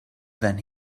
than